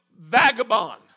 vagabond